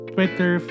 Twitter